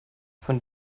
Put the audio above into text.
von